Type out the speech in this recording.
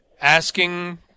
asking